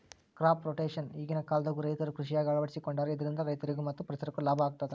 crop rotation ಈಗಿನ ಕಾಲದಾಗು ರೈತರು ಕೃಷಿಯಾಗ ಅಳವಡಿಸಿಕೊಂಡಾರ ಇದರಿಂದ ರೈತರಿಗೂ ಮತ್ತ ಪರಿಸರಕ್ಕೂ ಲಾಭ ಆಗತದ